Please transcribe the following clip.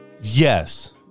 Yes